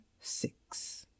six